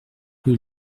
rue